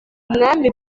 umwami